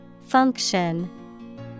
Function